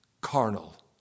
Carnal